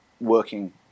working